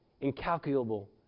incalculable